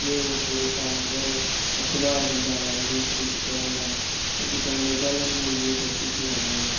ॿियो पंहिरीं तव्हांजे घर अख़बार हूंदा हुआ न्यूज़ रीड करण लाइ अॼकल्ह मोबाइलनि में न्यूज़ अची थी वञे